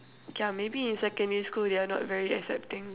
K lah maybe in secondary school they are not very accepting